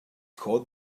called